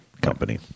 company